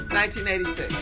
1986